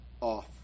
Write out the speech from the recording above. off